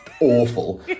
Awful